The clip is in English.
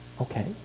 Okay